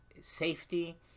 safety